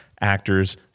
actors